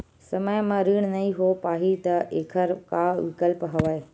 समय म ऋण नइ हो पाहि त एखर का विकल्प हवय?